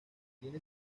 tiene